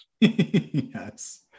yes